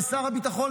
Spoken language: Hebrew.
לשר הביטחון,